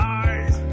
eyes